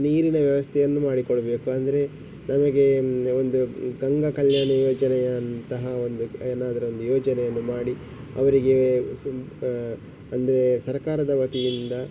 ನೀರಿನ ವ್ಯವಸ್ಥೆಯನ್ನು ಮಾಡಿಕೊಡಬೇಕು ಅಂದರೆ ನಮಗೆ ಒಂದು ಗಂಗಾ ಕಲ್ಯಾಣ ಯೋಜನೆಯಂತಹ ಒಂದು ಏನಾದರೂ ಒಂದು ಯೋಜನೆಯನ್ನು ಮಾಡಿ ಅವರಿಗೆ ಸುಮ್ ಅಂದರೆ ಸರ್ಕಾರದ ವತಿಯಿಂದ